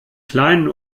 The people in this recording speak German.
kleinen